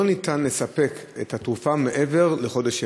לא ניתן לספק את התרופה מעבר לחודש ימים,